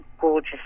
gorgeous